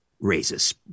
raises